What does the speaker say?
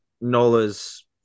Nola's